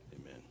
amen